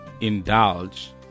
indulge